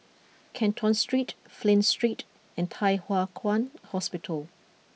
Canton Street Flint Street and Thye Hua Kwan Hospital